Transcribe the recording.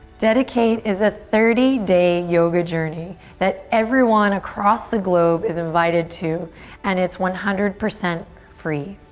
dedicate is a thirty day yoga journey that everyone across the globe is invited to and it's one hundred percent free.